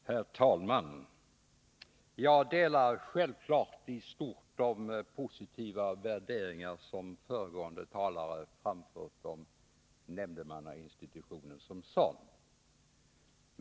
Herr talman! Jag delar självfallet i stort de positiva värderingar som föregående talare framfört om nämndemannainstitutionen som sådan.